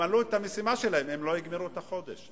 ימלאו את המשימה שלהם אם לא יגמרו את החודש?